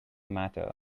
matter